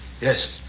Yes